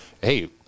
hey